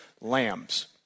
lambs